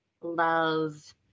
love